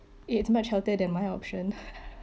it's much healthier than my option